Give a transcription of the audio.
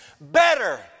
better